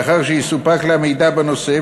לאחר שיסופק לה מידע בנושא,